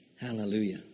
Hallelujah